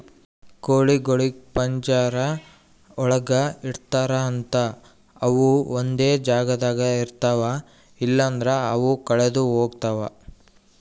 ಕೋಳಿಗೊಳಿಗ್ ಪಂಜರ ಒಳಗ್ ಇಡ್ತಾರ್ ಅಂತ ಅವು ಒಂದೆ ಜಾಗದಾಗ ಇರ್ತಾವ ಇಲ್ಲಂದ್ರ ಅವು ಕಳದೆ ಹೋಗ್ತಾವ